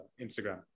Instagram